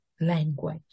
language